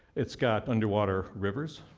it's got underwater rivers.